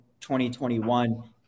2021